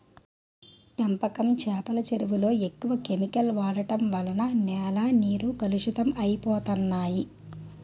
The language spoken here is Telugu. పెంపకం చేపల చెరువులలో ఎక్కువ కెమికల్ వాడడం వలన నేల నీరు కలుషితం అయిపోతన్నాయి